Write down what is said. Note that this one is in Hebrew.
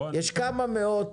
יש כמה מאות